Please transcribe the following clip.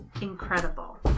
incredible